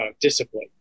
discipline